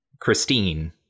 Christine